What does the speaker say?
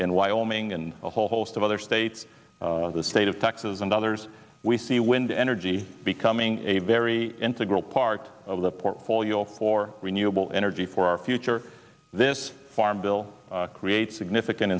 in wyoming and a whole host of other states the state of texas and others we see wind energy becoming a very integral part of the portfolio for renewable energy for our future this farm bill creates significant